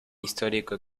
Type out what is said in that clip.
histórico